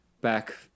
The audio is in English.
back